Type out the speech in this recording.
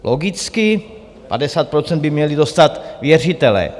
Logicky 50 % by měli dostat věřitelé.